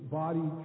body